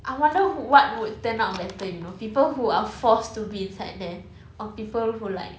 I wonder what would turn out better you know people who are forced to be inside there or people who like